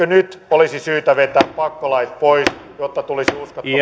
nyt olisi syytä vetää pakkolait pois jotta tulisi